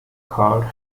cult